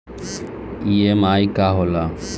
EMI का होला?